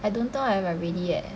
I don't know if I'm really leh